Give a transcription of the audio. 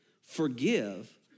Forgive